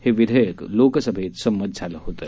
हे विधेयक लोकसभेत संमत झालं होतं